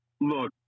Look